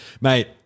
Mate